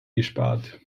gespart